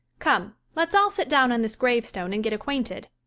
come, let's all sit down on this gravestone and get acquainted.